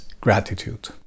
gratitude